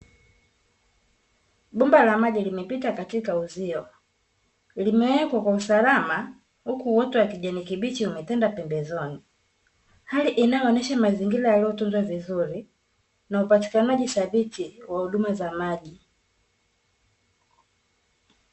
Bomba la maji limepita katika uzio, limewekwa kwa usalama, huku uoto wa kijani kibichi umetanda pembezoni. Hali inayoonyesha mazingira yaliyotunzwa vizuri, na upatikanaji thabiti wa huduma za maji.